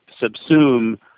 subsume